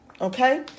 Okay